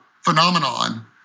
phenomenon